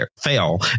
fail